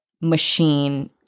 machine